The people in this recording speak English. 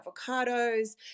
avocados